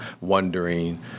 wondering